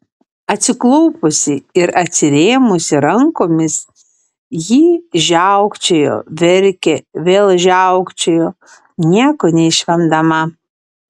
atsiklaupusi ir atsirėmusi rankomis ji žiaukčiojo verkė vėl žiaukčiojo nieko neišvemdama